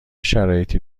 شرایطی